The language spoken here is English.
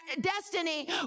destiny